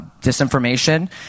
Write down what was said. disinformation